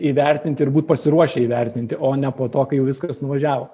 įvertinti ir būt pasiruošę įvertinti o ne po to kai viskas nuvažiavo